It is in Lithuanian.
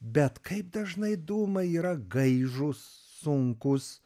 bet kaip dažnai dūmai yra gaižūs sunkūs